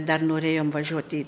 dar norėjom važiuot į